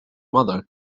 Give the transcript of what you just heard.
mother